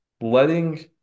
letting